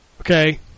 Okay